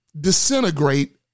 disintegrate